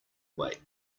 wait